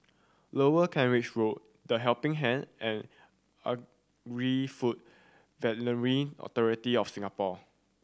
Lower Kent Ridge Road The Helping Hand and Agri Food Veterinary Authority of Singapore